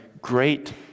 great